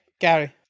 Gary